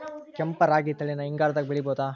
ಕೆಂಪ ರಾಗಿ ತಳಿನ ಹಿಂಗಾರದಾಗ ಬೆಳಿಬಹುದ?